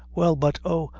well, but oh,